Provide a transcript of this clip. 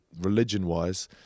religion-wise